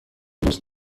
دوست